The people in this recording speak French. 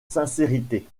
sincérité